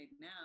now